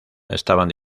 estaban